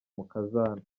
umukazana